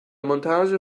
montage